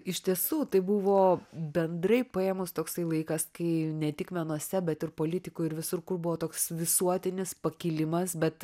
iš tiesų tai buvo bendrai paėmus toksai laikas kai ne tik menuose bet ir politikoj ir visur kur buvo toks visuotinis pakilimas bet